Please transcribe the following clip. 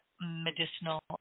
medicinal